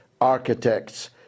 architects